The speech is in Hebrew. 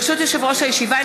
ברשות יושב-ראש הישיבה,